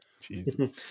jesus